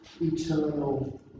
eternal